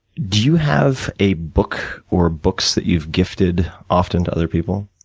do you have a book or books that you've gifted often to other people?